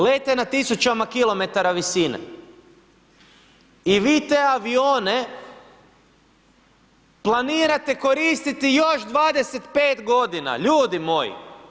Lete na tisućama kilometara visine, i vi te avione planirate koristiti još 25 godina, ljudi moji.